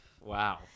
Wow